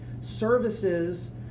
services